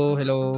hello